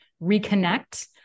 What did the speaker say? reconnect